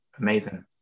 Amazing